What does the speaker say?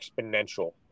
exponential